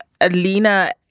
Alina